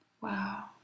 Wow